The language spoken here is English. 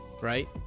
Right